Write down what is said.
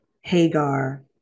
Hagar